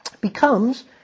becomes